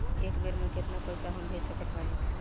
एक बेर मे केतना पैसा हम भेज सकत बानी?